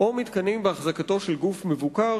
ומתקנים באחזקתו של גוף מבוקר,